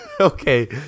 Okay